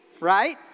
right